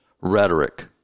rhetoric